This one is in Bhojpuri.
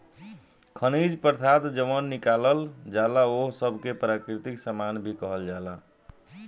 खनिज पदार्थ जवन निकालल जाला ओह सब के प्राकृतिक सामान भी कहल जाला